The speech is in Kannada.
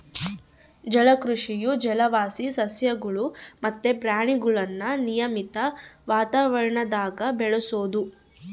ಜಲಕೃಷಿಯು ಜಲವಾಸಿ ಸಸ್ಯಗುಳು ಮತ್ತೆ ಪ್ರಾಣಿಗುಳ್ನ ನಿಯಮಿತ ವಾತಾವರಣದಾಗ ಬೆಳೆಸೋದು